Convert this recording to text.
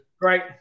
Great